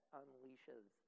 unleashes